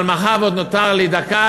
אבל מאחר שעוד נותרה לי דקה,